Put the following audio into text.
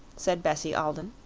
said bessie alden.